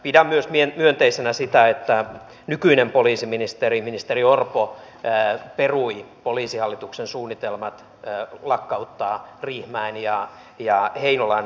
pidän myös myönteisenä sitä että nykyinen poliisiministeri ministeri orpo perui poliisihallituksen suunnitelmat lakkauttaa riihimäen ja heinolan poliisiasemat